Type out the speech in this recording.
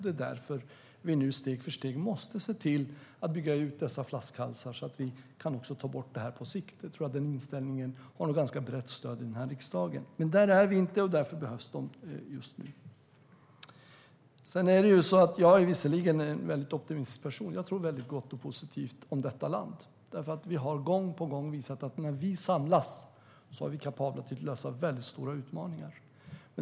Det är därför vi steg för steg måste bygga ut flaskhalsarna så att vi kan ta bort detta på sikt. Den inställningen har nog ganska brett stöd i riksdagen. Men där är vi inte ännu, och därför behövs de nu. Jag är en optimistisk person. Jag tror gott och positivt om detta land. Vi har gång på gång visat att när vi samlas är vi kapabla att möta stora utmaningar.